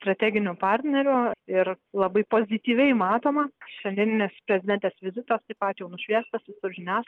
strateginiu partneriu ir labai pozityviai matoma šiandieninis prezidentės vizitas taip pas jau nušviestas visur